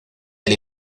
del